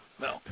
No